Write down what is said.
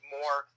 more